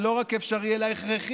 ולא רק אפשרי אלא הכרחי.